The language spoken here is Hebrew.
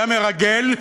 היה מרגל,